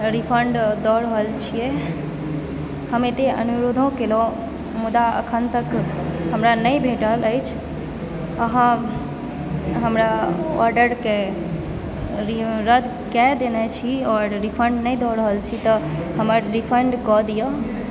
refund दए रहल छियै हम एते अनुरोधो कएलहुॅं मुदा अखन तक हमरा नहि भेटल अछि अहाँ हमरा आर्डर के रद्द कए देने छी आओर रिफण्ड नहि दऽ रहल छी तऽ हमर रिफण्ड कऽ दिअ